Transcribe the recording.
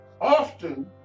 Often